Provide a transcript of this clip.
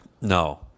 No